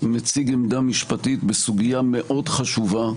מציג עמדה משפטית בסוגיה מאוד חשובה,